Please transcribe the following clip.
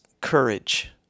courage